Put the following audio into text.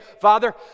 Father